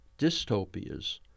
dystopias